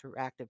interactive